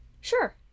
sure